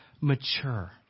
mature